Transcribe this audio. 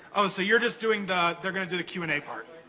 so you're just doing the, they're gonna do the q and a part.